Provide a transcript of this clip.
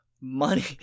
money